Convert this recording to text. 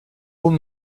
old